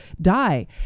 die